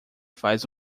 faz